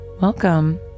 welcome